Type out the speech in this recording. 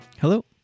Hello